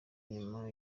nyuma